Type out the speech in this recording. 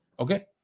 Okay